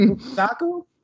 Saku